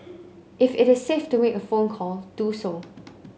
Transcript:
if it is safe to make a phone call do so